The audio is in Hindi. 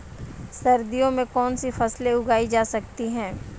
सर्दियों में कौनसी फसलें उगाई जा सकती हैं?